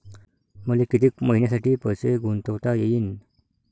मले कितीक मईन्यासाठी पैसे गुंतवता येईन?